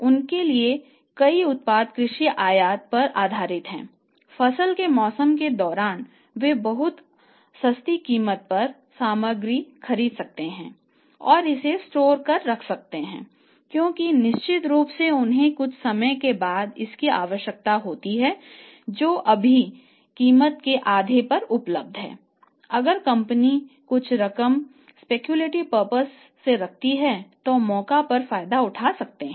उनके कई उत्पाद कृषि आयात से रखती है तो मौके पर फायदा उठा सकते हैं